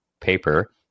paper